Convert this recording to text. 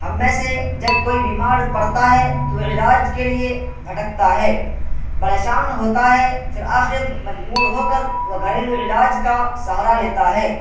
ہم میں سے جب کوئی بیمار پڑتا ہے تو علاج کے لیے بھٹکتا ہے پریشان ہوتا ہے پھر آخر مجبور ہو کر وہ گھریلو علاج کا سہارا لیتا ہے